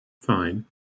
Fine